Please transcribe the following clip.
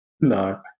No